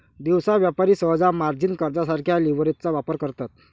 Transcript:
दिवसा व्यापारी सहसा मार्जिन कर्जासारख्या लीव्हरेजचा वापर करतात